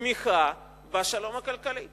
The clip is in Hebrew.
תמיכה בשלום הכלכלי.